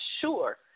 sure